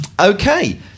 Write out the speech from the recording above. Okay